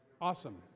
Awesome